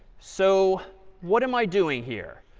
so what am i doing here?